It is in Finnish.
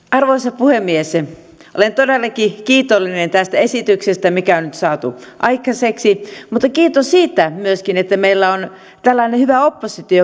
arvoisa puhemies olen todellakin kiitollinen tästä esityksestä mikä on nyt saatu aikaiseksi mutta kiitos myöskin siitä että meillä on tällainen hyvä oppositio